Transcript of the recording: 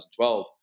2012